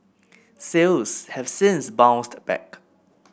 sales have since bounced back